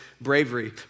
bravery